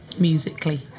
musically